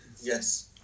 Yes